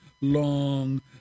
long